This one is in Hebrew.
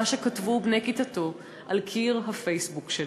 שכתבו בני כיתתו על קיר הפייסבוק שלו.